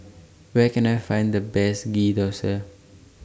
Where Can I Find The Best Ghee Thosai